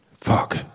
fuck